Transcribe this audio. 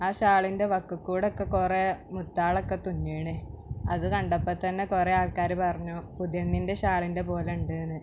ആ ഷാളിൻ്റെ വക്കിൽ കൂടെയൊക്കെ കുറെ മുത്തുകളൊക്കെ തുന്നിയാണ് അത് കണ്ടപ്പം തന്നെ കുറെ ആൾക്കാര് പറഞ്ഞു പുതിയ പെണ്ണിൻ്റെ ഷാളിൻ്റെ പോലെ ഉണ്ടെന്ന്